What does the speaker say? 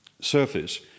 surface